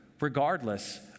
regardless